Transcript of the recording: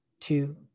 two